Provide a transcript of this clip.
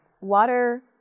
water